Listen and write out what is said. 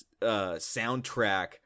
soundtrack